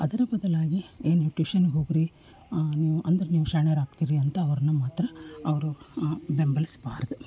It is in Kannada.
ಅದರ ಬದಲಾಗಿ ಏ ನೀವು ಟ್ಯೂಷನ್ನಿಗೆ ಹೋಗಿರಿ ನೀವು ಅಂದರೆ ನೀವು ಶಾಣ್ಯರಾಗ್ತೀರಿ ಅಂತ ಅವರನ್ನ ಮಾತ್ರ ಅವರು ಬೆಂಬಲಿಸಬಾರ್ದು